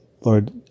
Lord